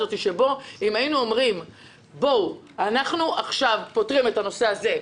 אנחנו עכשיו פותרים את הנושא הזה,